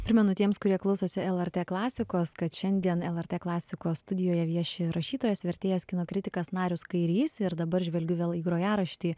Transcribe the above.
primenu tiems kurie klausosi lrt klasikos kad šiandien lrt klasikos studijoje vieši rašytojas vertėjas kino kritikas narius kairys ir dabar žvelgiu vėl į grojaraštį